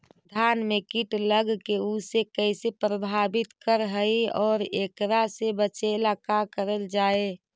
धान में कीट लगके उसे कैसे प्रभावित कर हई और एकरा से बचेला का करल जाए?